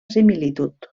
similitud